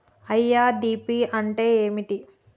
IRDP అంటే ఏమిటి?